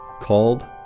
called